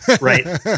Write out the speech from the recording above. right